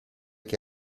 che